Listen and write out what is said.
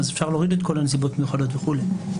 אפשר להוריד את הנסיבות המיוחדות וכולי.